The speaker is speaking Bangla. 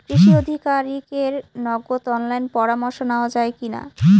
কৃষি আধিকারিকের নগদ অনলাইন পরামর্শ নেওয়া যায় কি না?